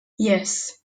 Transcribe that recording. yes